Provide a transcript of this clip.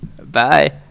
Bye